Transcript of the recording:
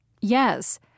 Yes